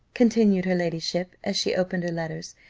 continued her ladyship, as she opened her letters,